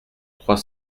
trois